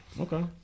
Okay